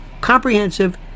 comprehensive